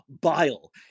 bile